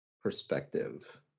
perspective